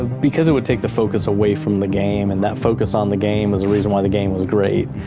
ah because it would take the focus away from the game, and that focus on the game was the reason why the game was great.